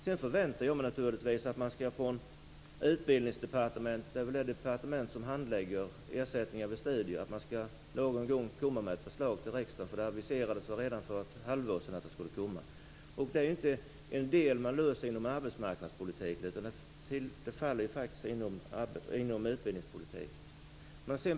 Jag förväntar mig naturligtvis att Utbildningsdepartementet, som handlägger ersättning vid studier, någon gång skall komma med ett förslag till riksdagen. Det aviserades redan för ett halvår sedan att det skulle komma. Det är inte en del som man löser inom arbetsmarknadspolitiken, utan det faller inom utbildningspolitiken.